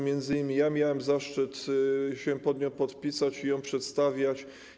M.in. ja miałem zaszczyt się pod nią podpisać i ją przedstawiać.